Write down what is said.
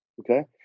okay